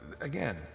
again